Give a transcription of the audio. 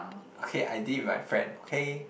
okay I did it with my friend okay